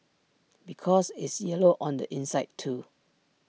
because it's yellow on the inside too